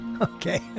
Okay